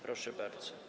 Proszę bardzo.